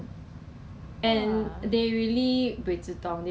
他的 effectiveness 会 drop as time goes by eh